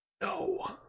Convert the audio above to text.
No